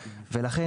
ולכן,